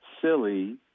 silly